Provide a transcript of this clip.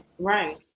Right